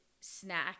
snack